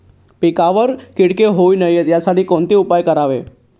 पिकावर किटके होऊ नयेत यासाठी कोणते उपाय करावेत?